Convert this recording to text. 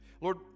Lord